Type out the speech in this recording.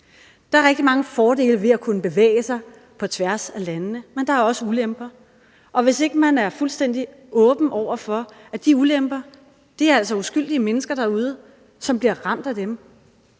Der er rigtig mange fordele ved at kunne bevæge sig på tværs af landene, men der er også ulemper. Og hvis ikke man er fuldstændig åben over for, at de ulemper bliver uskyldige mennesker derude altså ramt af;